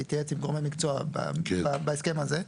להתייעץ עם גורמי מקצוע בהסכם הזה.